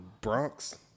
Bronx